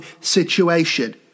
situation